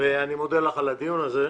אני מודה לך על הדיון הזה.